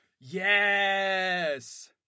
Yes